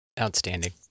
Outstanding